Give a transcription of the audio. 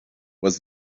was